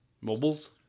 Mobiles